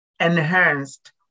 enhanced